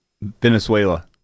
Venezuela